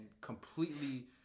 completely